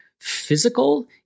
physical